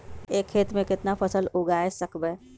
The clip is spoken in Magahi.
एक खेत मे केतना फसल उगाय सकबै?